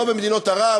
לא מדינות ערב,